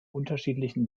unterschiedlichen